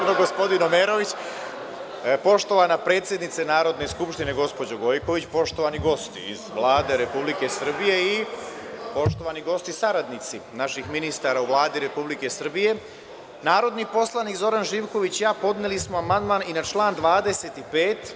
Dame i gospodo narodni poslanici, poštovana predsednice Narodne skupštine gospođo Gojković, poštovani gosti iz Vlade Republike Srbije i poštovani gosti saradnici naših ministara u Vladi Republike Srbije, narodni poslanik Zoran Živković i ja podneli smo amandman na član 25.